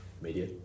media